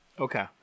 Okay